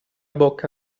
bocca